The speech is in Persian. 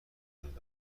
وجود